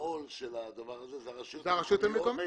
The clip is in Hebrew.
בעול של הדבר הזה זו הרשות המקומית.